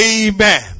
Amen